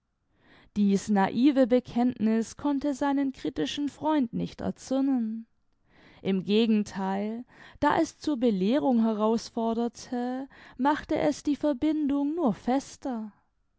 dieß naive bekenntniß konnte seinen kritischen freund nicht erzürnen im gegentheil da es zur belehrung herausforderte machte es die verbindung nur fester